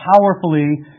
powerfully